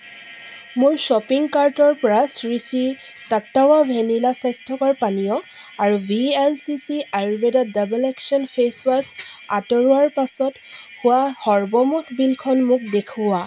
মোৰ শ্বপিং কাৰ্টৰ পৰা শ্ৰী শ্ৰী টাট্টাৱা ভেনিলা স্বাস্থ্যকৰ পানীয় আৰু V L C C Ayurveda double action face wash আঁতৰোৱাৰ পাছত হোৱা সৰ্বমুঠ বিলখন মোক দেখুওৱা